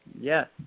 Yes